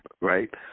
right